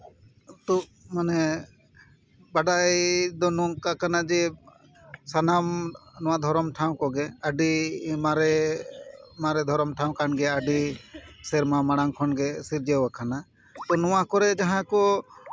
ᱛᱚ ᱢᱟᱱᱮ ᱵᱟᱰᱟᱭ ᱫᱚ ᱱᱚᱝᱠᱟ ᱠᱟᱱᱟ ᱡᱮ ᱥᱟᱱᱟᱢ ᱱᱚᱣᱟ ᱫᱷᱚᱨᱚᱢ ᱴᱷᱟᱶ ᱠᱚᱜᱮ ᱟᱹᱰᱤ ᱢᱟᱨᱮ ᱢᱟᱨᱮ ᱫᱷᱚᱨᱚᱢ ᱴᱷᱟᱶ ᱠᱟᱱ ᱜᱮᱭᱟ ᱟᱹᱰᱤ ᱥᱮᱨᱢᱟ ᱢᱟᱲᱟᱝ ᱠᱷᱚᱱ ᱜᱮ ᱥᱤᱨᱡᱟᱹᱣ ᱟᱠᱟᱱᱟ ᱛᱚ ᱱᱚᱣᱟ ᱠᱚᱨᱮᱫ ᱡᱟᱦᱟᱸ ᱠᱚ